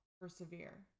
persevere